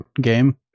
game